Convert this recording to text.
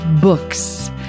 Books